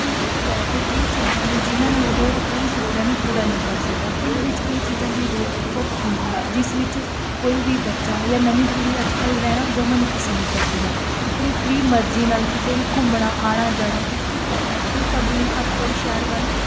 ਪਿੰਡ ਵਿੱਚ ਰਹਿ ਕੇ ਕਈ ਚੀਜ਼ਾਂ ਨੇ ਜਿਨ੍ਹਾਂ ਨੂੰ ਉਹ ਆਪਣੇ ਸੁਪਨਿਆਂ ਨੂੰ ਪੂਰਾ ਨਹੀਂ ਕਰ ਸਕਦਾ ਪਿੰਡ ਵਿੱਚ ਕਈ ਚੀਜ਼ਾਂ ਦੀ ਰੋਕ ਟੋਕ ਹੁੰਦੀ ਹੈ ਜਿਸ ਵਿੱਚ ਕੋਈ ਵੀ ਬੱਚਾ ਜਾਂ ਨਵੀਂ ਪੀੜ੍ਹੀ ਅੱਜ ਕੱਲ੍ਹ ਰਹਿਣਾ ਜਮ੍ਹਾਂ ਨਹੀਂ ਪਸੰਦ ਕਰਦੀ ਹੈ ਆਪਣੀ ਫ਼ਰੀ ਮਰਜੀ ਨਾਲ ਕਿਤੇ ਵੀ ਘੁੰਮਣਾ ਆਉਣਾ ਜਾਣਾ ਕੁਛ ਵੀ ਕਰਨਾ ਇਹ ਸਭ ਲਈ ਹਰ ਕੋਈ ਸ਼ਹਿਰ ਵੱਲ